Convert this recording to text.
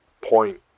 point